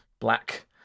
black